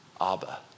Abba